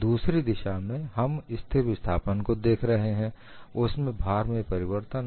दूसरी दिशा में हम स्थिर विस्थापन को देख रहे हैं उसमें भार में परिवर्तन था